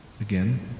Again